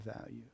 value